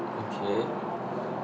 okay